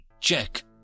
Check